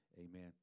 Amen